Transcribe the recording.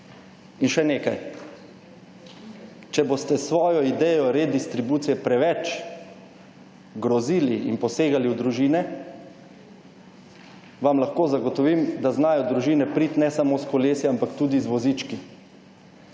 In še nekaj, če boste s svojo idejo redistrubicije preveč grozili in posegali v družine vam lahko zagotovim, da znajo družine priti ne samo s kolesi, ampak tudi z vozički.